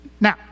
Now